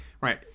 right